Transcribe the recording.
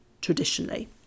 traditionally